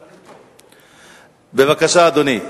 בבקשה, אדוני.